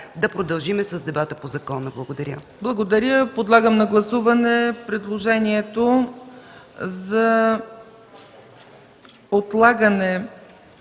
да продължим с дебата по закона. Благодаря.